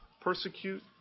persecute